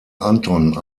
anton